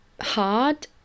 hard